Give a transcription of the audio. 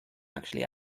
actually